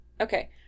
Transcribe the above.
Okay